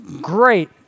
great